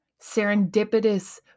serendipitous